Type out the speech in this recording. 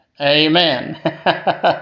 Amen